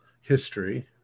history